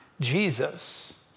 Jesus